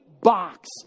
box